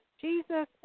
Jesus